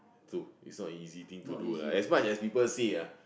true it's not easy thing to do lah as much as people say ah